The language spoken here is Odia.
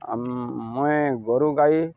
ଆଉ ମୁଇଁ ଗୋରୁ ଗାଈ